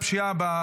תספר